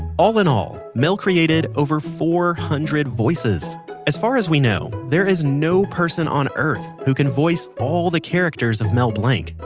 in all, mel created over four hundred voices as far as we know, there is no person on earth who can voice all the characters of mel blanc.